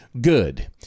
good